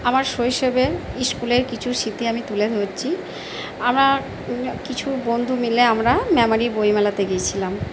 আমার শৈশবে স্কুলের কিছু স্মৃতি আমি তুলে ধরছি আমার কিছু বন্ধু মিলে আমরা মেমারি বই মেলাতে গিয়েছিলাম